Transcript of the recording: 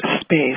space